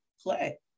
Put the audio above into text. play